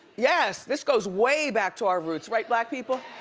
yes, this goes way back to our roots, right black people?